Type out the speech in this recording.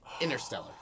Interstellar